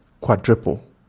quadruple